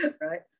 right